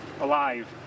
alive